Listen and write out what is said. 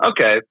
okay